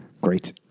Great